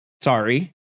sorry